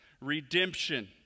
Redemption